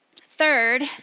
third